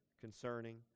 concerning